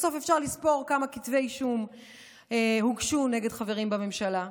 בסוף אפשר לספור כמה כתבי אישום הוגשו נגד חברים בממשלה,